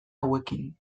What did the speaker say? hauekin